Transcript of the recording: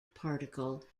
particle